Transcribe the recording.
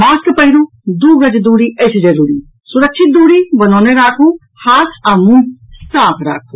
mask पहिरू दू गज दूरी अछि जरूरी सुरक्षित दूरी बनौने राखू हाथ आ मुंह साफ राखू